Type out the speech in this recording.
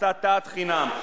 הסתת חינם.